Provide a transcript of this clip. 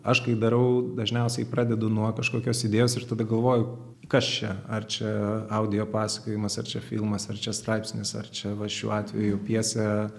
aš kai darau dažniausiai pradedu nuo kažkokios idėjos ir tada galvoju kas čia ar čia audio pasakojimas ar čia filmas ar čia straipsnis ar čia va šiuo atveju pjesė